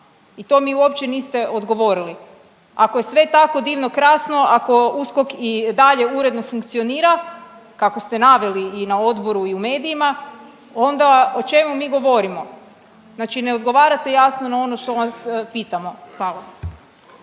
i to mi uopće niste odgovorili. Ako je sve tako divno, krasno ako USKOK i dalje uredno funkcionira, kako ste naveli i na odboru i u medijima, onda o čemu mi govorimo. Znači ne odgovarate jasno na ono što vas pitamo. Hvala.